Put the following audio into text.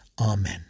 Amen